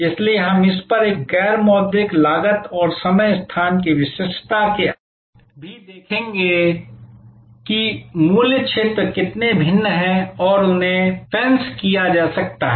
इसलिए हम इस पर एक गैर मौद्रिक लागत और समय और स्थान की विशिष्टता के अलावा भी देखेंगे हम देखेंगे कि मूल्य क्षेत्र कितने भिन्न हैं और उन्हें फेंस किया जा सकता है